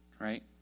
right